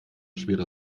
schwere